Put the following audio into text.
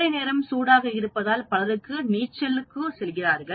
கோடை நேரம் சூடாக இருப்பதால் பலரும் நீச்சலுக்கு செல்கிறார்கள்